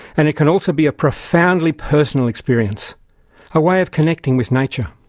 and it can also be a profoundly personal experience a way of connecting with nature.